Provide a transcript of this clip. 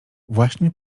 właśnie